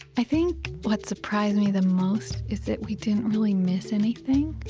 i think what surprised me the most is that we didn't really miss anything.